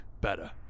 Better